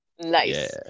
nice